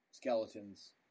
skeletons